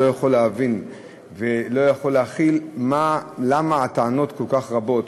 לא יכול להבין ולא יכול להכיל למה הטענות כל כך רבות.